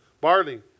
barley